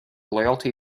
loyalty